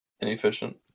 Inefficient